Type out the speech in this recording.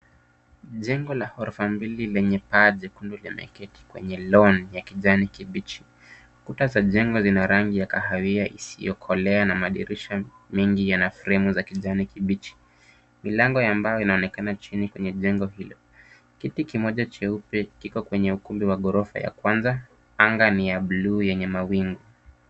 Jengo la ghorofa mbili lenye paa jekundu kimeketi kwenye lawn ya kijani kibichi. Kuta za jengo lina rangi ya kahawia isiyokolea, na madirisha mengi yana fremu za kijani kibichi. Milango ya mbao inaonekana chini kwenye jengo hilo. Kiti kimoja cheupe kiko kwenye ukumbi wa ghorofa ya kwanza. Anga ni ya bluu yenye mawingu.